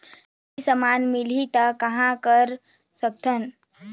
नकली समान मिलही त कहां कर सकथन?